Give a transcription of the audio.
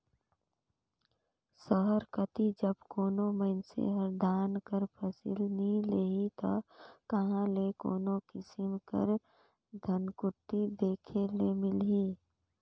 सहर कती जब कोनो मइनसे हर धान कर फसिल नी लेही ता कहां ले कोनो किसिम कर धनकुट्टी देखे ले मिलही